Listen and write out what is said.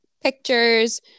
pictures